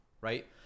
right